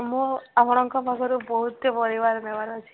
ମୁଁ ଆପଣଙ୍କ ପାଖରୁ ବହୁତ ପରିବା ନେବାର ଅଛି